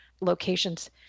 locations